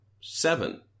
Seven